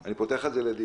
אני פותח את זה לדיון,